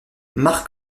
mark